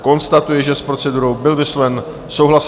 Konstatuji, že s procedurou byl vysloven souhlas.